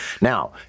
Now